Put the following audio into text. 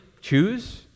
choose